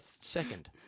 second